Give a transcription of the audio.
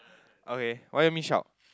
okay why you want me shout